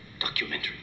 Documentary